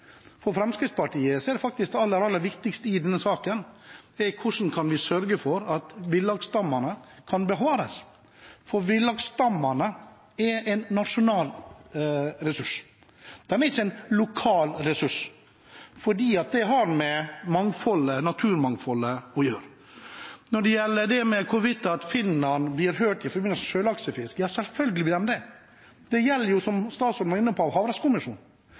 For Fremskrittspartiet er det faktisk det aller, aller viktigste i denne saken. Hvordan kan vi sørge for at villaksstammene kan bevares? Villaksstammene er en nasjonal ressurs, de er ikke en lokal ressurs. Det har med naturmangfoldet å gjøre. Når det gjelder hvorvidt Finland blir hørt i forbindelse med sjølaksefisket: Selvfølgelig blir det det. Det kommer fram av – som statsråden var inne på